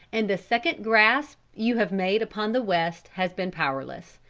and the second grasp you have made upon the west has been powerless.